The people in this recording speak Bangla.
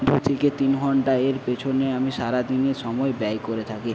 দু থেকে তিন ঘন্টা এর পেছনে আমি সারা দিনে সময় ব্যয় করে থাকি